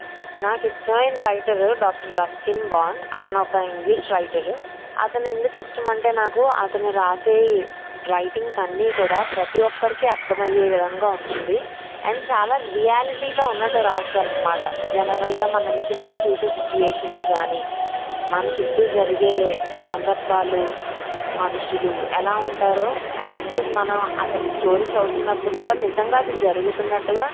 నాకు ఇష్టమైన writer doctor Ruskin Bond అతను ఒక ఇంగ్లీష్ రైటరు అతను ఎందుకు ఇష్టమంటే నాకు అతను రాసే రైటింగ్స్ అన్నీ కూడా ప్రతి ఒక్కరికి అర్థం అయ్యేవిధంగా ఉంటుంది అండ్ చాలా రియాలిటీలో ఉన్నట్టు రాస్తారు అన్నమాట జనరల్గా మనం చుట్టు చూసే సిచ్చువేషన్స్ కానీ మన చుట్టు జరిగే సందర్భాలు మనుషులు ఎలా ఉంటారో యాజ్ ఇట్ ఈస్ మనం అతని స్టోరీ చదువుతున్నప్పుడు కూడా నిజంగా అది జరుగుతున్నట్టుగా